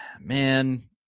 Man